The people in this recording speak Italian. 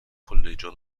collegio